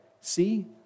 See